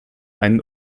einen